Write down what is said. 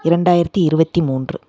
இரண்டாயிரத்து இருபத்தி மூன்று